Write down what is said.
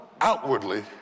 outwardly